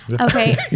Okay